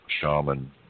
shaman